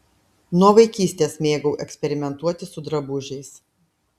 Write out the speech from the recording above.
nuo vaikystės mėgau eksperimentuoti su drabužiais